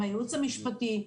מהייעוץ המשפטי,